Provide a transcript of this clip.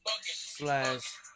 slash